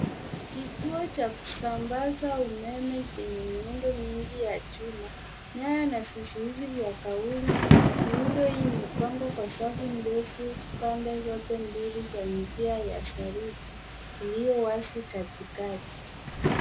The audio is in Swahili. Kituo cha kusambaza umeme chenye miundo mingi ya chuma, nyaya na vizuizi vya kauli. Miundo hii imepangwa kwa safu ndefu pande zote mbili ya njia ya saruji iliyo wazi katikati.